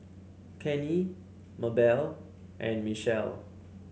Kenny Mabelle and Michell